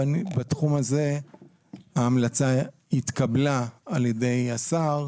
ובתחום הזה ההמלצה התקבלה על ידי השר,